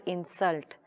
Insult